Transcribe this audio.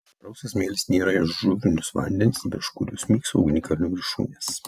rausvas smėlis nyra į ažūrinius vandenis virš kurių smygso ugnikalnių viršūnės